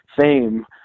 fame